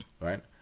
right